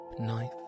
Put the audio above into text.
knife